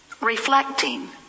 reflecting